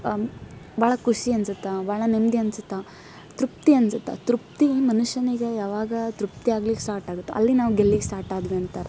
ಭಾಳ ಖುಷಿ ಅನ್ಸುತ್ತೆ ಭಾಳ ನೆಮ್ಮದಿ ಅನ್ಸುತ್ತೆ ತೃಪ್ತಿ ಅನ್ಸುತ್ತೆ ತೃಪ್ತಿ ಮನುಷ್ಯನಿಗೆ ಯಾವಾಗ ತೃಪ್ತಿ ಆಗ್ಲಿಕ್ಕೆ ಸ್ಟಾರ್ಟ್ ಆಗುತ್ತೊ ಅಲ್ಲಿ ನಾವು ಗೆಲ್ಲಿಕ್ಕೆ ಸ್ಟಾರ್ಟ್ ಆದ್ವಿ ಅಂತರ್ಥ